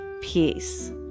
Peace